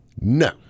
No